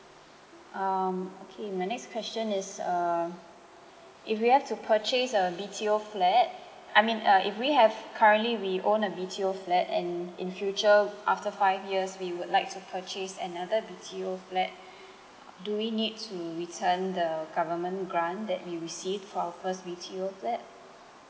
um okay my next question is uh if we have to purchase a B_T_O flat I mean uh if we have currently we own a B_T_O flat and in future after five years we would like to purchase another B_T_O flat do we need to return the government grant that we receive for our first B_T_O flat